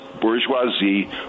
Bourgeoisie